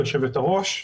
ליושבת-הראש,